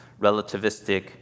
relativistic